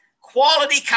quality